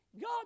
God